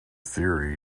theory